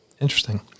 Interesting